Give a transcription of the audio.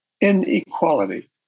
inequality